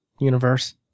universe